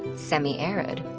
semiarid,